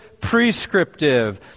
prescriptive